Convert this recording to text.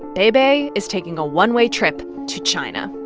bei bei is taking a one-way trip to china